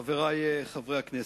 חברי חברי הכנסת,